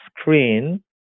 screen